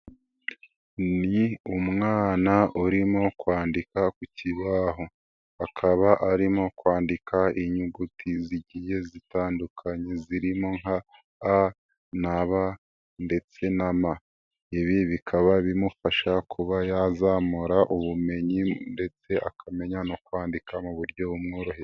Ni umwana urimo kwandika ku kibaho, akaba arimo kwandika inyuguti zigiye zitandukanye zirimo nka A na B ndetse na N, ibi bikaba bimufasha kuba yazamura ubumenyi ndetse akamenya no kwandika mu buryo bumworoheye.